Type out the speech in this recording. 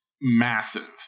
massive